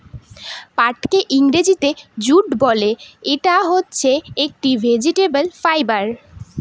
পাটকে ইংরেজিতে জুট বলে, ইটা হচ্ছে একটি ভেজিটেবল ফাইবার